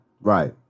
Right